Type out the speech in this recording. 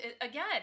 again